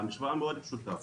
המשוואה מאוד פשוטה.